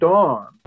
Dawn